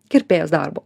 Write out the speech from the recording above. kirpėjos darbo